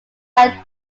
are